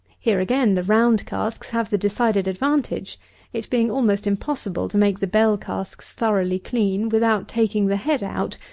here again the round casks have the decided advantage it being almost impossible to make the bell-casks thoroughly clean, without taking the head out,